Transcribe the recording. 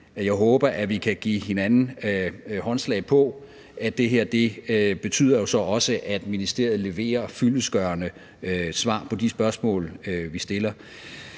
jeg håber, at vi kan give hinanden håndslag på, at det her jo så også betyder, at ministeriet leverer fyldestgørende svar på de spørgsmål, vi stiller.